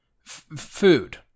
food